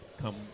come